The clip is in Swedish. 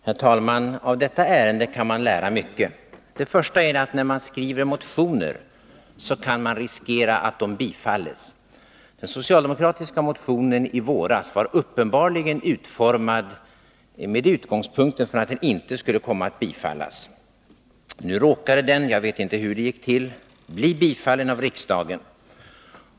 Herr talman! Av detta ärende kan man lära mycket. Den första lärdomen är följande: När man skriver motioner riskerar man att de bifalles. Den socialdemokratiska motionen i våras var uppenbarligen utformad med utgångspunkt i att den inte skulle komma att bifallas. Nu råkade den — jag vet inte hur det gick till — bifallas av riksdagen.